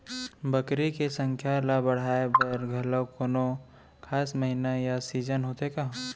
बकरी के संख्या ला बढ़ाए बर घलव कोनो खास महीना या सीजन होथे का?